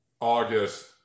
august